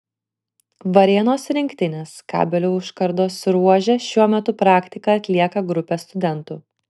varėnos rinktinės kabelių užkardos ruože šiuo metu praktiką atlieka grupė studentų